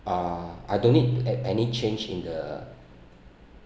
uh I don't need a~ any change in the